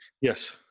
Yes